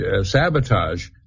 sabotage